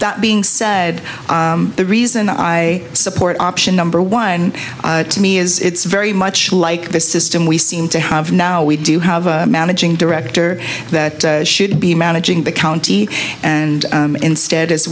that being said the reason i support option number one to me is it's very much like the system we seem to have now we do have a managing director that should be managing the county and instead as